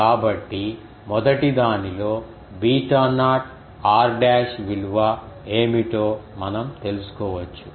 కాబట్టి మొదటిదానిలో beta naught r dash విలువ ఏమిటో మనం తెలుసుకోవచ్చు